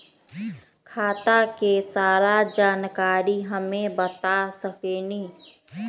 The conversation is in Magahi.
खाता के सारा जानकारी हमे बता सकेनी?